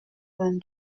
vingt